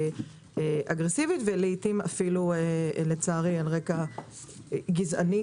אגרסיבית ולעיתים אפילו לצערי על רקע גזעני.